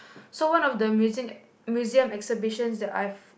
so one of the museum museum exhibitions that I've